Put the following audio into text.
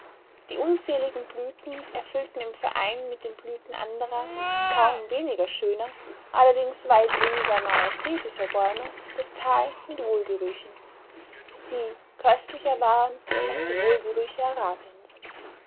die unzähligen blüten erfüllten im verein mit den blüten anderer kaum weniger schöner allerdings weit weniger majestätischer bäume das tal mit wohlgerüchen die köstlicher waren als die wohlgerüche arabiens